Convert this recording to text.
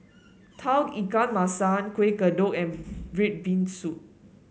Tauge Ikan Masin Kueh Kodok and red bean soup